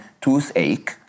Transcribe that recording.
toothache